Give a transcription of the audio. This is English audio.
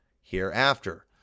hereafter